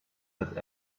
that